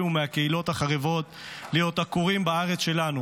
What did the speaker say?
ומהקהילות החרבות להיות עקורים בארץ שלנו,